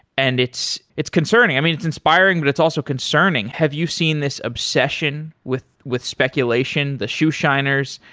and it's it's concerning. i mean, it's inspiring but it's also concerning. have you seen this obsession with with speculation, the shoe shiners?